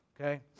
okay